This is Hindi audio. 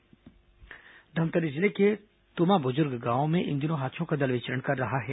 हाथी उत्पात धमतरी जिले के तुमाबुजुर्ग गांव में इन दिनों हाथियों का दल विचरण कर रहा है